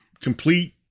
complete